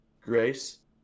grace